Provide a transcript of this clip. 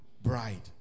bride